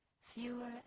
fewer